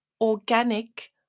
organic